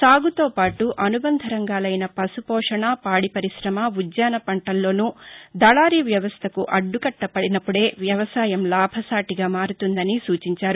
సాగుతోపాటు అనుబంధ రంగాలైన పశుపోషణ పాడి పరిశ్చమ ఉద్యాన పంటల్లోనూ దళారీ వ్యవస్థకు అడ్డుకట్ల పడినప్పుడే వ్యవసాయం లాభసాటిగా మారుతుందని సూచించారు